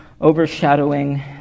overshadowing